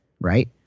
right